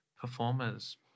performers